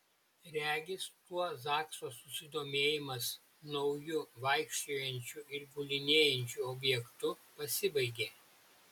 regis tuo zakso susidomėjimas nauju vaikščiojančiu ir gulinėjančiu objektu pasibaigė